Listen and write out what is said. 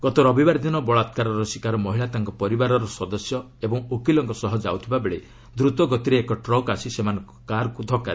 ଗତ ରବିବାର ଦିନ ବଳାତ୍କାରର ଶିକାର ମହିଳା ତାଙ୍କ ପରିବାରର ସଦସ୍ୟ ଓ ଓକିଲଙ୍କ ସହ ଯାଉଥିବାବେଳେ ଦ୍ରତଗତିରେ ଏକ ଟ୍ରକ୍ ଆସି ସେମାନଙ୍କ କାର୍କୁ ଧକୁ